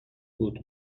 بود